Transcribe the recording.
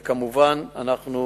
וכמובן, אנחנו